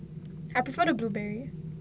I prefer the blueberry